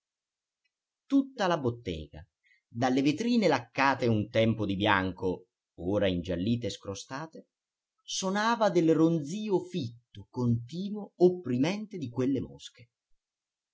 tutta la bottega dalle vetrine laccate un tempo di bianco ora ingiallite e scrostate sonava del ronzio fitto continuo opprimente di quelle mosche